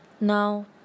Now